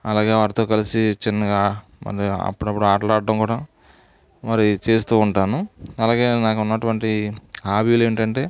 అలాగే వారితో కలిసి చిన్నగా అప్పుడప్పుడు ఆటలాడ్డం కూడా మరి చేస్తూ ఉంటాను అలాగే నాకు ఉన్నటువంటి హబీలు ఏంటంటే